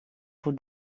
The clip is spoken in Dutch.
voor